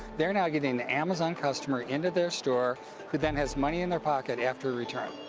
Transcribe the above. they're now getting the amazon customer into their store who then has money in their pocket after a return.